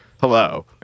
hello